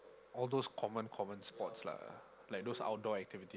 all those common common sports lah like those outdoor activities